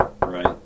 Right